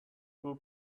two